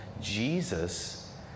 Jesus